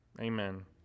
Amen